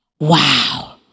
Wow